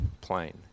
plane